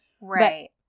Right